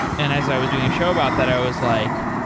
and as i was doing a show about that i was like,